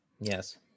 Yes